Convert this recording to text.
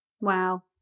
Wow